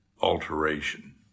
alteration